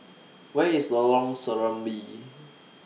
Where IS Lorong Serambi